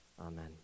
Amen